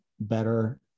better